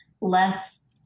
less